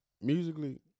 musically